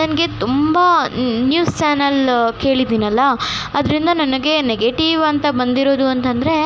ನನಗೆ ತುಂಬ news channel ಕೇಳಿದ್ದೀನಲ್ಲ ಅದರಿಂದ ನನಗೆ ನೆಗೆಟಿವ್ ಅಂತ ಬಂದಿರೋದು ಅಂತಂದರೆ